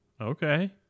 Okay